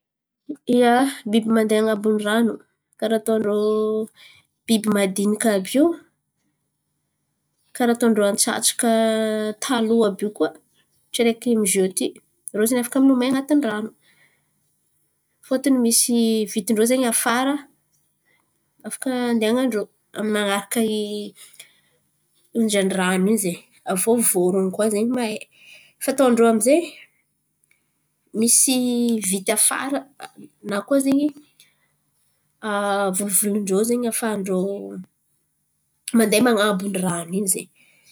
Ia, biby mandeha an̈abon’ny ran̈o karà ataon-drô biby madiniky àby io karà ataon-drô antsatsaka taloha àby io koa. Tsy araiky amy zioty irô ze afaka milomay an̈abon’ny ran̈o fôtiny misy vitin-drô ze afara afaka adianan-drô man̈araka onjan- drano. Aviô voron̈o koa ze mahay. Fataon-drô amize misy vity afara na koa zen̈y volovolon-drô hafahan-drô mandeha an̈abon’ny ran̈o in̈y zen̈y.